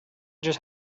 just